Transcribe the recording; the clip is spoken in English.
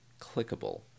clickable